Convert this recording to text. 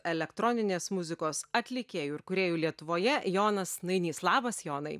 elektroninės muzikos atlikėjų ir kūrėjų lietuvoje jonas nainys labas jonai